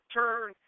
turn